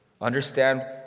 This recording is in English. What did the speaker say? Understand